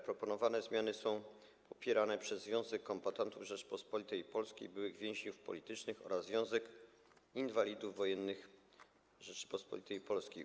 Proponowane zmiany są popierane przez Związek Kombatantów Rzeczypospolitej Polskiej i Byłych Więźniów Politycznych oraz Związek Inwalidów Wojennych Rzeczypospolitej Polskiej.